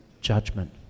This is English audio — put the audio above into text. judgment